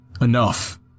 Enough